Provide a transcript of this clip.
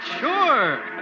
sure